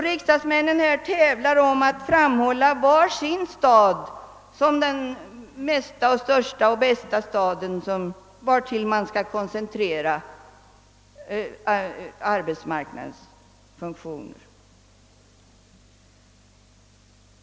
Riksdagsmännen tävlar om att framhålla sina städer som de största och bästa, dit man bör koncentrera arbetsmarknadens funktioner.